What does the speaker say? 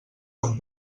són